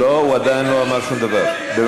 לא צריך בכל דבר להיכנס.